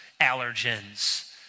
allergens